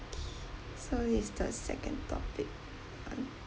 okay so it's the second topic on